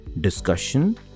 discussion